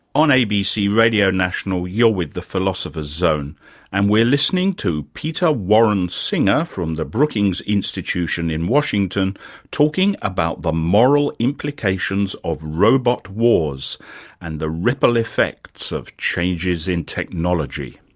on abc radio national you're with the philosopher's zone and we're listening to peter warren singer from the brookings institution in washington talking about the moral implications of robot wars and the ripple effects of changes in technology.